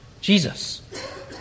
Jesus